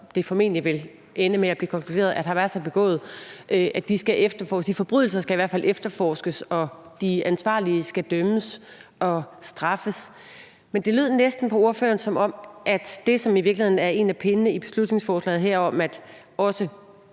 det formentlig vil ende med at blive konkluderet at Hamas har begået, skal efterforskes, eller de forbrydelser skal i hvert fald efterforskes, og de ansvarlige skal dømmes og straffes. Men det lød næsten på ordføreren, som om det, som i virkeligheden er en af pindene i beslutningsforslaget her, nemlig